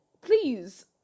please